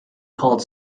called